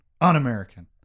Un-American